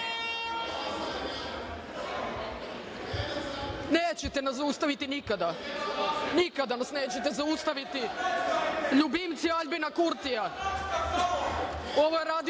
Nećete me zaustaviti nikada, nikada me nećete zaustaviti ljubimci Aljbina Kurtija, ovo radi